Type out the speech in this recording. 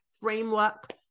framework